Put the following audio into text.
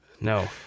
No